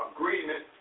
Agreement